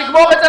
נגמור את זה,